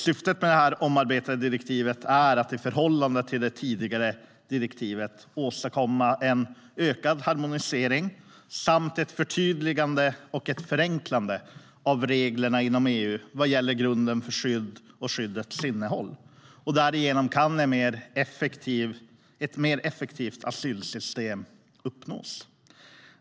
Syftet med det omarbetade direktivet är att i förhållande till det tidigare direktivet åstadkomma en ökad harmonisering samt ett förtydligande och ett förenklande av reglerna inom EU vad gäller grunderna för skydd och skyddets innehåll. Därigenom kan ett mer effektivt asylsystem uppnås.